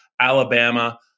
Alabama